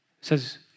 says